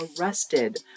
arrested